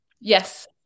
Yes